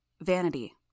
Vanity